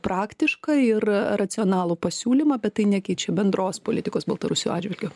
praktišką ir racionalų pasiūlymą bet tai nekeičia bendros politikos baltarusių atžvilgiu